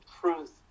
truth